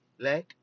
Let